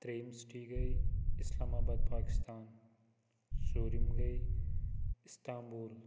ترٛیٚیِم سِٹی گٔے اِسلام آباد پاکِستان ژوٗرِم گٔے اِستامبُل